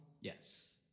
Yes